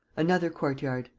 another court-yard,